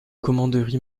commanderie